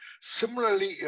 Similarly